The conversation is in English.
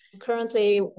Currently